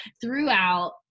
throughout